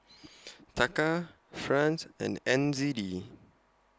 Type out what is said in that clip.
Taka Franc and N Z D